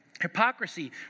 Hypocrisy